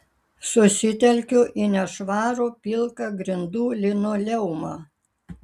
susitelkiu į nešvarų pilką grindų linoleumą